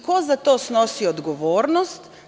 Ko za to snosi odgovornost?